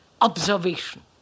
observation